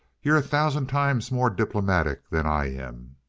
you're a thousand times more diplomatic than i am.